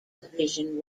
division